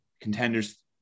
contenders